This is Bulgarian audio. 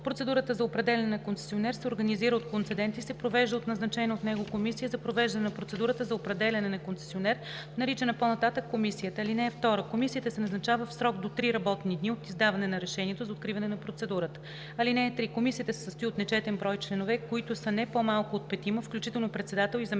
Процедурата за определяне на концесионер се организира от концедента и се провежда от назначена от него комисия за провеждане на процедурата за определяне на концесионер, наричана по-нататък „комисията”. (2) Комисията се назначава в срок до три работни дни от издаване на решението за откриване на процедурата. (3) Комисията се състои от нечетен брой членове, които са не по-малко от петима, включително председател и